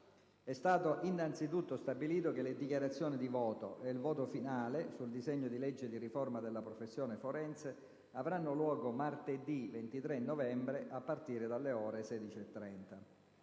È stato innanzitutto stabilito che le dichiarazioni di voto e il voto finale sul disegno di legge di riforma della professione forense avranno luogo martedì 23 novembre, a partire dalle ore 16,30.